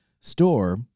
store